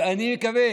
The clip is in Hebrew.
ואני מקווה